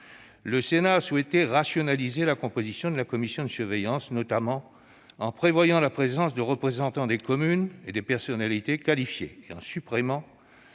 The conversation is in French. le Sénat a souhaité rationaliser la composition de celle-ci, notamment en prévoyant la présence de représentants des communes et de personnalités qualifiées et en supprimant